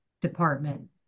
department